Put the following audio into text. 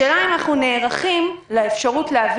השאלה אם אנחנו נערכים לאפשרות להביא